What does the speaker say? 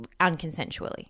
unconsensually